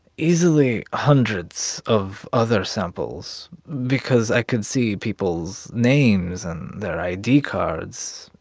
easily hundreds of other samples because i could see people's names and their id cards,